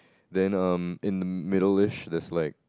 then um in middle ~ish there's like